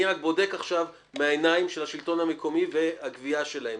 אני רק בודק עכשיו מהעיניים של השלטון המקומי והגבייה שלהם,